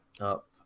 up